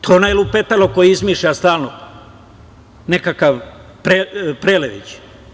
To je ono lupetalo koje izmišlja stalno, nekakav Prelević.